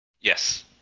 Yes